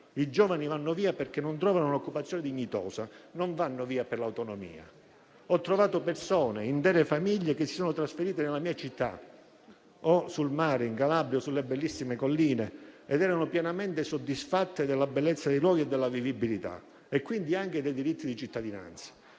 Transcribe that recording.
I giovani vanno via perché non trovano un'occupazione dignitosa, non per l'autonomia. Ho trovato persone, intere famiglie, che si sono trasferite nella mia città, o sul mare in Calabria o sulle sue bellissime colline, ed erano pienamente soddisfatte della bellezza dei luoghi, della loro vivibilità e quindi anche dei diritti di cittadinanza.